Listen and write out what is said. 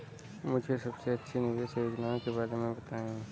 मुझे सबसे अच्छी निवेश योजना के बारे में बताएँ?